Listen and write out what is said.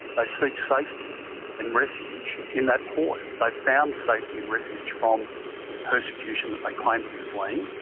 ah seek safety and refuge in that port. they found safety and refuge from the persecution that they claim to be fleeing,